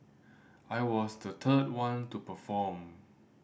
I was the third one to perform